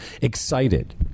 excited